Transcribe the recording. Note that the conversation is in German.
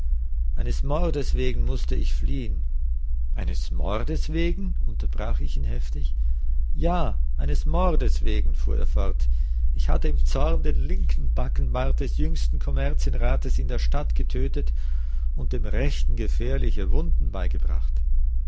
eines mordes wegen mußte ich fliehen eines mordes wegen unterbrach ich ihn heftig ja eines mordes wegen fuhr er fort ich hatte im zorn den linken backenbart des jüngsten kommerzienrates in der stadt getötet und dem rechten gefährliche wunden beigebracht